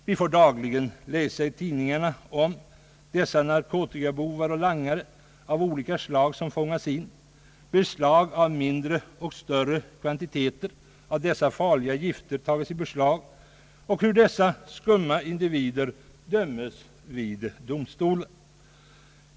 Vi får dagligen läsa i tidningarna om de narkotikabovar och langare av olika slag, som fångats in, om de beslag av mindre och större kvantiteter av dessa farliga gifter, som görs, samt hur dessa skumma individer dömes vid domstolar.